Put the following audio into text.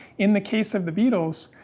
in the case of the beetles,